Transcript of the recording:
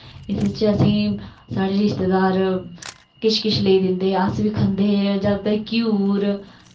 इस च असेंई साढ़े रिश्तेदार किश किश लेई दिंदें हे अस बी खंदे हे जादातर ध्यूर